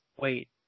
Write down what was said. Wait